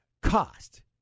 Cost